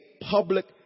public